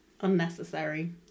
Unnecessary